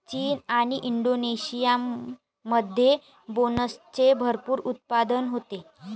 चीन आणि इंडोनेशियामध्ये बीन्सचे भरपूर उत्पादन होते